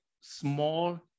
small